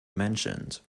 mentioned